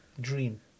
Dream